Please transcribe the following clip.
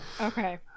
Okay